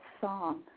song